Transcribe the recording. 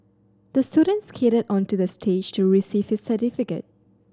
the student skated onto the stage to receive his certificate